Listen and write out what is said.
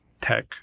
tech